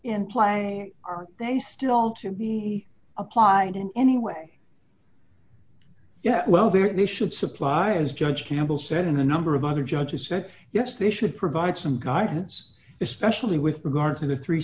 in play are they still to be applied in any way yeah well there they should supply as judge campbell said in a number of other judges said yes they should provide some guidance especially with regard to the three